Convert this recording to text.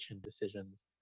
decisions